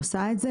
היא עושה את זה,